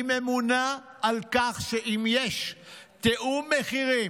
היא ממונה על כך שאם יש תיאום מחירים,